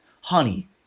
Honey